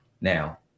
Now